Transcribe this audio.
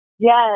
Yes